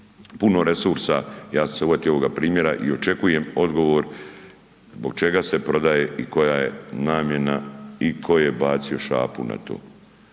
puno resursa, ja sam se uvatio ovoga primjera i očekujem odgovor zbog čega se prodaje i koja je namjena i tko je bacio šapu na to,